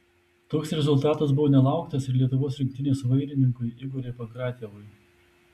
toks rezultatas buvo nelauktas ir lietuvos rinktinės vairininkui igoriui pankratjevui